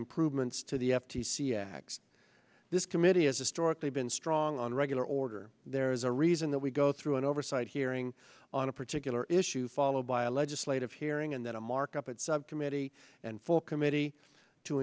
improvements to the f t c act this committee has historically been strong on regular order there is a reason that we go through an oversight hearing on a particular issue followed by a legislative hearing and then a markup and subcommittee and full committee to